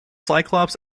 cyclops